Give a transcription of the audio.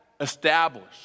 established